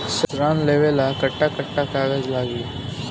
ऋण लेवेला कट्ठा कट्ठा कागज लागी?